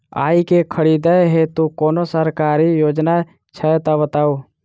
आइ केँ खरीदै हेतु कोनो सरकारी योजना छै तऽ बताउ?